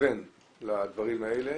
להתכוון לדברים האלה.